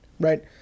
right